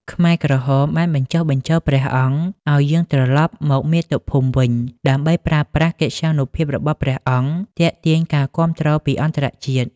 ខ្មែរក្រហមបានបញ្ចុះបញ្ចូលព្រះអង្គឱ្យយាងត្រឡប់មកមាតុភូមិវិញ ដើម្បីប្រើប្រាស់កិត្យានុភាពរបស់ព្រះអង្គទាក់ទាញការគាំទ្រពីអន្តរជាតិ។